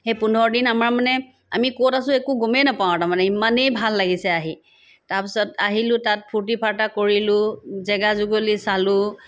সেই পোন্ধৰ দিন আমাৰ মানে আমি ক'ত আছো একো গমেই নাপাওঁ তাৰমানে ইমানেই ভাল লাগিছে আহি তাৰপিছত আহিলো তাত ফূৰ্তি ফাৰ্তা কৰিলো জেগা জুগলি চালো